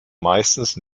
meistens